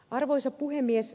arvoisa puhemies